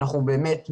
אנחנו באמת מבקשים.